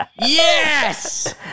Yes